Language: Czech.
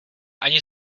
ani